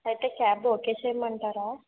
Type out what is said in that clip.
అయితే cab okay చేయమంటారా